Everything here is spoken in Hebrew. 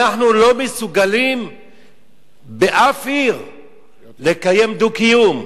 אנחנו לא מסוגלים באף עיר לקיים דו-קיום.